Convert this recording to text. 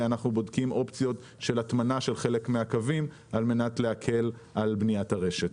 אנחנו בודקים אופציות הטמנה של חלק מהקווים על מנת להקל על בניית הרשת.